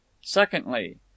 Secondly